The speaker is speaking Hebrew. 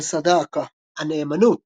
الصداقة - "הנאמנות"